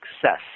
success